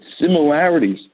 similarities